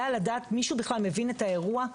מישהו בכלל מבין את האירוע?